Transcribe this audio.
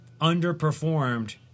underperformed